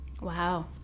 Wow